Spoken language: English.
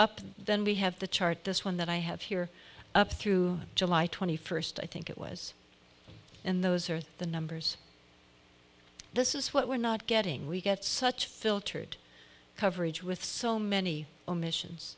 up then we have the chart this one that i have here up through july twenty first i think it was and those are the numbers this is what we're not getting we get such filtered coverage with so many omissions